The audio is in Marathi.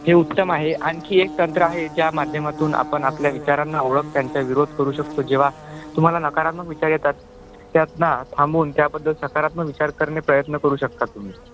हे उत्तम आहे आणखी एक तंत्र आहे ज्या माध्यमातून आपण आपल्या विचारांना ओळख त्यांच्या विरोध करू शकतो जेव्हा तुम्हाला नकारात्मक विचार येतात त्यात ना थांबून त्याबद्दल सकारात्मक विचार करणे प्रयत्न करू शकता तुम्ही